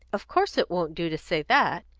of course it won't do to say that.